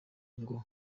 ngo